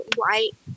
white